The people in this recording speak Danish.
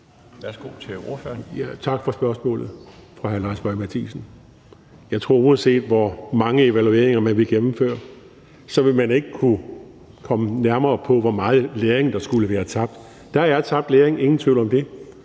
Lilleholt (V): Tak for spørgsmålet fra hr. Lars Boje Mathiesen. Jeg tror, at uanset hvor mange evalueringer man gennemfører, vil man ikke kunne komme nærmere, hvor meget læring der skulle være tabt. Der er tabt læring, ingen tvivl om det.